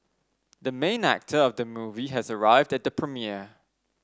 the main actor of the movie has arrived at the premiere